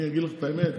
אני אגיד לך את האמת,